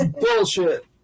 bullshit